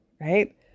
right